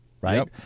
right